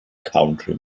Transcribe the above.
country